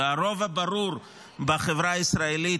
הרוב הברור בחברה הישראלית,